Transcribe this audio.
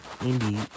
indeed